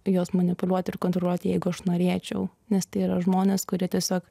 juos manipuliuot ir konkuruot jeigu aš norėčiau nes tai yra žmonės kurie tiesiog